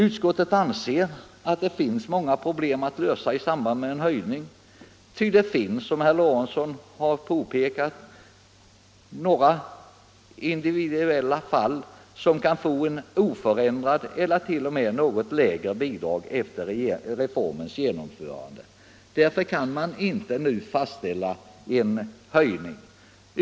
Utskottet anser att det är många problem att lösa i samband med en höjning, ty det finns, som herr Lorentzon har påpekat, några individuella fall som får oförändrat eller t.o.m. något lägre bidrag efter reformens genomförande. Därför kan man inte nu fastställa en höjning.